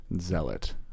Zealot